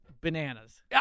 Bananas